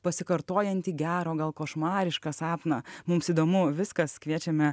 pasikartojantį gerą o gal košmarišką sapną mums įdomu viskas kviečiame